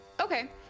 Okay